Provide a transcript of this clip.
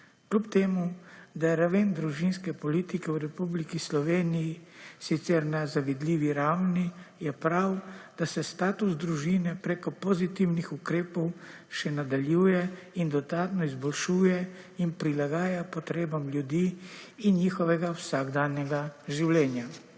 Kljub temu, da je raven družinske politike v Republiki Sloveniji sicer na zavidljivi ravni je prav, da se status družine preko pozitivnih ukrepov še nadaljuje in dodatno izboljšuje in prilagaja potrebam ljudi in njihovega vsakdanjega življenja.